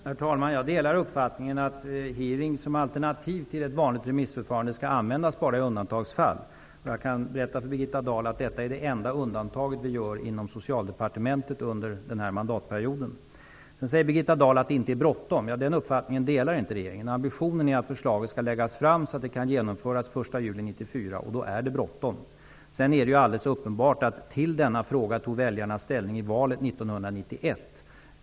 Herr talman! Jag delar uppfattningen att en hearing såsom alternativ till ett vanligt remissförfarande skall användas bara i undantagsfall. Jag kan berätta för Birgitta Dahl att detta är det enda undantag som vi gör inom Socialdepartementet under denna mandatperiod. Birgitta Dahl sade att det inte är bråttom. Den uppfattningen delar inte regeringen. Ambitionen är att förslaget skall läggas fram så att det kan genomföras den 1 juli 1994. Då är det bråttom. Sedan är det uppenbart att väljarna tog ställning till denna fråga i valet 1991.